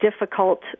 difficult